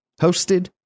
hosted